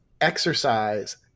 exercise